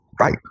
Right